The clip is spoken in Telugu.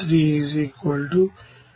1xB3 0